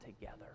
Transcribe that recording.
together